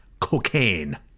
cocaine